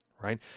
right